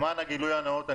למען גילוי נאות,